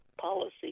policy